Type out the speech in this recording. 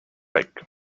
like